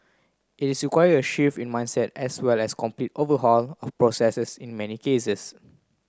it is require a shift in mindset as well as complete overhaul of processes in many cases